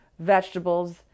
vegetables